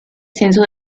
censo